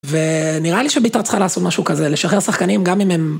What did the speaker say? ונראה לי שבית"ר צריכה לעשות משהו כזה: לשחרר שחקנים גם אם הם...